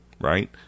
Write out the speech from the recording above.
Right